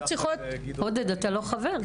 עודד, אתה לא חבר.